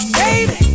baby